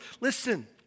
Listen